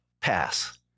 pass